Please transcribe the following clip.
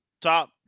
top